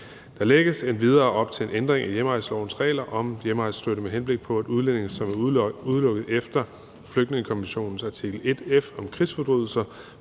Der lægges endvidere op til en ændring i hjemrejselovens regler om hjemrejsestøtte, med henblik på at udlændinge, som er udelukket efter flygtningekonventionens artikel 1 F om krigsforbrydelser,